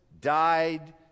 died